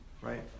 right